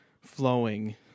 flowing